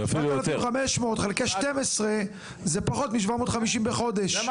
7,500 חלקי 12 זה פחות מ-750 בחודש.